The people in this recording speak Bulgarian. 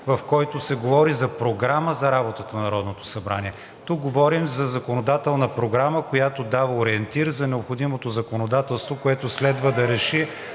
в който се говори за програма за работата на Народното събрание. Тук говорим за законодателна програма, която дава ориентир за необходимото законодателство, което следва да реши